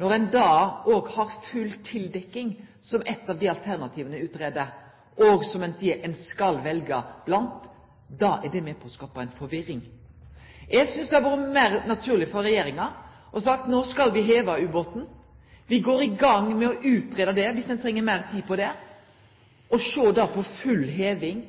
når ein da også har full tildekking som eit av dei alternativa som ein utgreier, og som ein seier ein skal velje blant. Da er det med på å skape forvirring. Eg synest det hadde vore meir naturleg om regjeringa hadde sagt at no skal me heva ubåten, me går i gang med å utgreie det, dersom ein treng meir tid på det, og deretter vil me sjå på full heving,